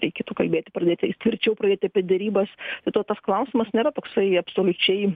reikėtų kalbėti pradėti tvirčiau pradėti apie derybas bet va tas klausimas nėra toksai absoliučiai